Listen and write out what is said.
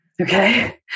Okay